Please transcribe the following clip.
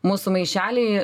mūsų maišeliai